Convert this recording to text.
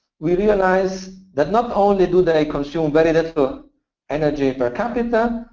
we realize that not only do they consume very little energy per capita,